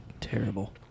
Terrible